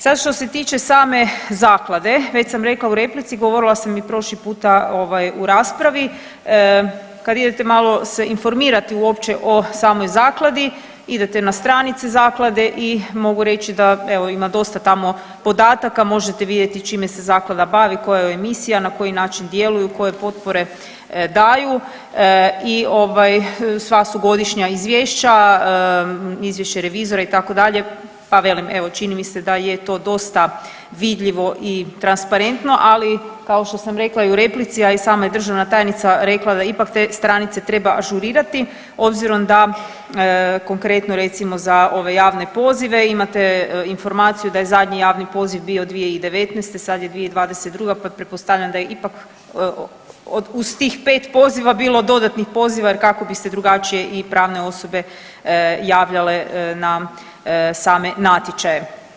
Sad što se tiče same zaklade, već sam rekla u replici govorila sam i prošli puta u raspravi, kad idete malo se informirati uopće o samoj Zakladi, idete na stranice Zaklade i mogu reći da evo, ima dosta tamo podataka, možete vidjeti čime se Zaklada bavi, koja joj je misija, na koji način djeluju, koje potpore daju i ovaj, sva su godišnja izvješća, izvješća revizora, itd., pa velim evo, čini mi se da je to dosta vidljivo i transparentno, ali kao što sam rekla i u replici, a i sama je državna tajnica rekla da ipak te stranice treba ažurirati obzirom da konkretno, recimo za ove javne pozive, imate informaciju da je zadnji javni poziv bio 2019., sad je 2022. pa pretpostavljam da ipak uz tih 5 poziva bilo dodatnih poziva jer kako bi se drugačije i pravne osobe javljale na same natječaje.